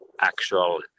actual